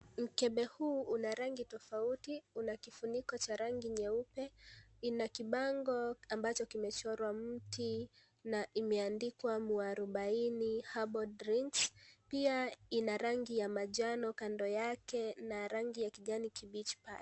Mkebe huu una rangi tofauti. Una kifuniko cha rangi nyeupe, ina kibango ambacho kimechorwa mti na imeandikwa mwarubaini herbal drinks , pia ina rangi ya manjano kando yake na ina rangi ya kijani kibichi pale.